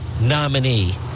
nominee